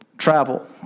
travel